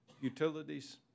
Utilities